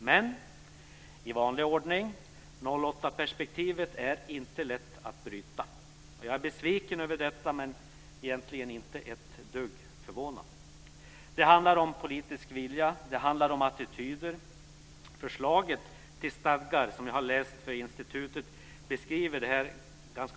Men i vanlig ordning är 08-perspektivet inte lätt att bryta. Jag är besviken över detta men egentligen inte ett dugg förvånad. Det handlar om politisk vilja och om attityder. Förslaget till stadgar för institutet beskriver detta övertydligt.